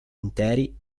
interi